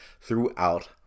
throughout